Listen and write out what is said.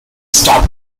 staten